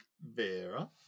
Vera